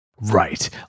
Right